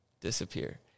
disappear